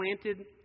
planted